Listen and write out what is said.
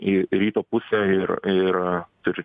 į ryto pusę ir ir ir